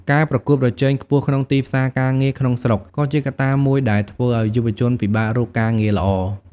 ការប្រកួតប្រជែងខ្ពស់ក្នុងទីផ្សារការងារក្នុងស្រុក ក៏ជាកត្តាមួយដែលធ្វើឱ្យយុវជនពិបាករកការងារល្អ។